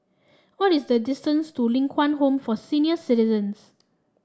what is the distance to Ling Kwang Home for Senior Citizens